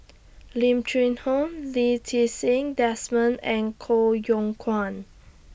Lim Cheng Hoe Lee Ti Seng Desmond and Koh Yong Guan